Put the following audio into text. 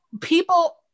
People